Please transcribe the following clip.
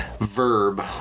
Verb